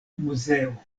muzeo